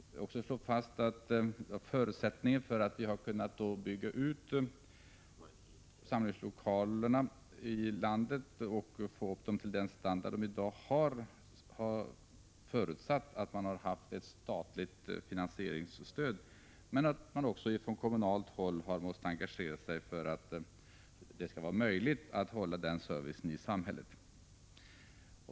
Jag vill vidare slå fast att förutsättningar för utbyggnaden av samlingslokalerna i vårt land upp till den standard som de i dag har har varit förekomsten av ett statligt finansieringsstöd liksom också ett engagemang från kommunalt håll för den samhällsservice som deras upprätthållande innebär.